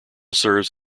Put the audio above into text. serves